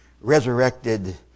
resurrected